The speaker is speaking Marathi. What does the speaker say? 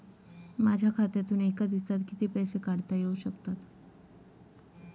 माझ्या खात्यातून एका दिवसात किती पैसे काढता येऊ शकतात?